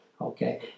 Okay